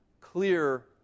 clear